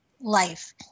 life